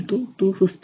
58 kN